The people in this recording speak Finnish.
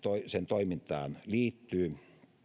toimintaan liittyy